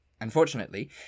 Unfortunately